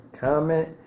comment